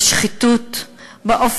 של שחיתות,